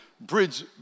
bridge